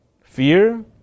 Fear